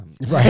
right